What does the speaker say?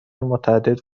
متعدد